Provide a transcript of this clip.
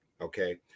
okay